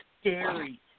scary